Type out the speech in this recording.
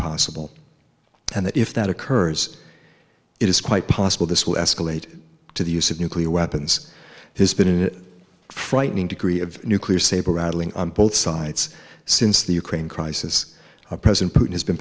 possible and that if that occurs it is quite possible this will escalate to the use of nuclear weapons has been frightening to agree of nuclear saber rattling on both sides since the ukraine crisis president putin has been